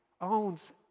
owns